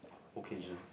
occasions